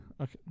Okay